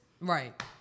Right